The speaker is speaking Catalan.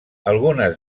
algunes